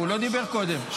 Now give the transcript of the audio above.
הוא לא דיבר קודם.